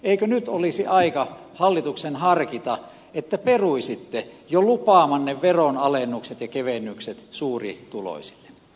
eikö nyt olisi aika hallituksen harkita että peruisitte jo lupaamanne veronalennukset ja kevennykset suurituloisille